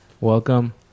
Welcome